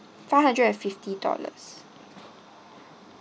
five hundred and fifty dollars